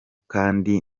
kandi